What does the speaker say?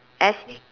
S